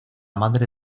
madre